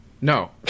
no